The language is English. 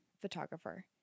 photographer